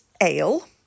ale